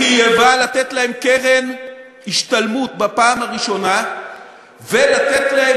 חייבה לתת להם קרן השתלמות בפעם הראשונה ולתת להם